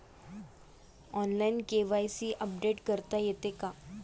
Online KYC update करता येते का?